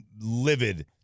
livid